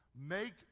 make